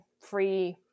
free